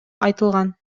айтылган